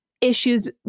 issues